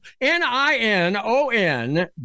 N-I-N-O-N